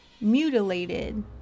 mutilated